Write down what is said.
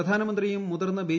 പ്രധാനമന്ത്രിയും മുതിർന്ന ബി